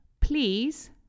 please